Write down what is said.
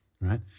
right